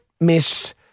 miss